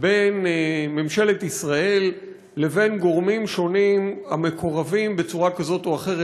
בין ממשלת ישראל לבין גורמים שונים המקורבים בצורה כזאת או אחרת